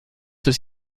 des